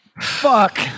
Fuck